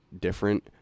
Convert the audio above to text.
different